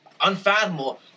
unfathomable